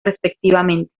respectivamente